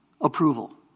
approval